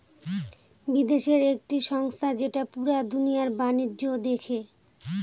বিদেশের একটি সংস্থা যেটা পুরা দুনিয়ার বাণিজ্য দেখে